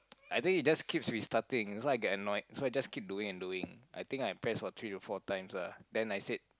I think it just keep restarting so I got annoyed so I just keep doing and doing I think I press for three to four times ah then I said